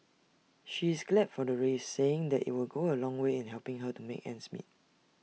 she is glad for the raise saying IT will go A long way in helping her to make ends meet